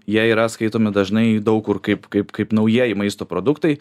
jie yra skaitomi dažnai daug kur kaip kaip kaip naujieji maisto produktai